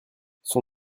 son